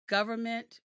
Government